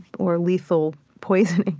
or lethal poison.